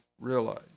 realize